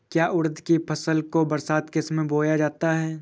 क्या उड़द की फसल को बरसात के समय बोया जाता है?